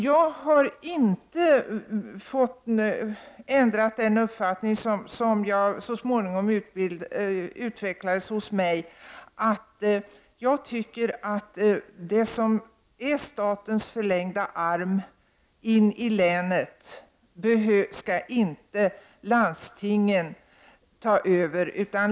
Jag har inte ändrat den uppfattning som jag så småningom utvecklat. Jag tycker inte att landstingen skall ta över uppgiften som statens förlängda arm i länet.